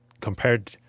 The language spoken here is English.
compared